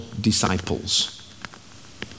disciples